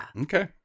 Okay